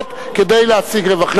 עובדות כדי להשיג רווחים.